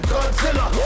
Godzilla